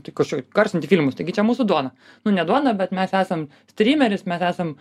tai kas čia įgarsinti filmus taigi čia mūsų duona nu ne duona bet mes esam strymeris mes esam